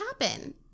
happen